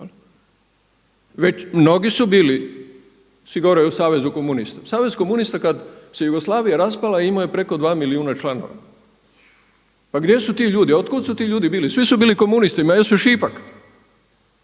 Mnogi su bili gore u Savezu komunista. Savez komunista kada se Jugoslavija raspala imao je preko 2 milijuna članova. Pa gdje su ti ljudi? Od kuda su ti ljudi bili? Svi su bili komunisti. Pa jesu šipak.